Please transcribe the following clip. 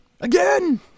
again